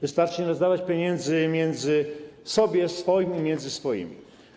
Wystarczy nie rozdawać pieniędzy między sobie, swoim i między swoimi.